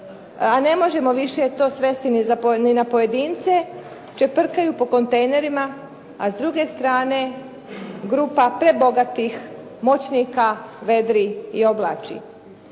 a ne možemo to sve svesti ni na pojedince čeprkaju po kontejnerima a s druge strane grupa prebogatih moćnika vedri i oblači.